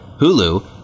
Hulu